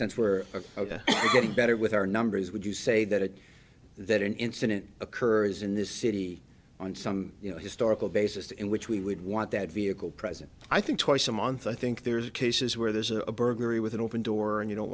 that's where you're getting better with our numbers would you say that that an incident occurs in this city on some you know historical basis in which we would want that vehicle present i think twice a month i think there's a cases where there's a burglary with an open door and you don't